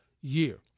year